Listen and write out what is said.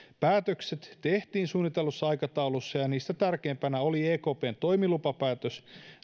päätökset tehtiin suunnitellussa aikataulussa ja ja niistä tärkeimpänä oli ekpn toimilupapäätös